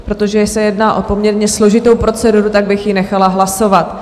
Protože se jedná o poměrně složitou proceduru, tak bych ji nechala hlasovat.